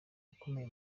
ukomeye